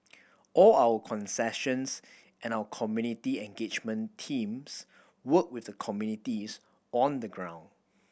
all our concessions and our community engagement teams work with the communities on the ground